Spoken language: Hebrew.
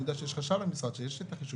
אני יודע שיש חשב למשרד, למה